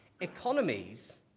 economies